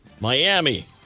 Miami